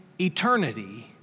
eternity